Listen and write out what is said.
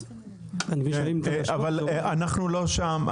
אבל אנחנו לא שם.